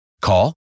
Call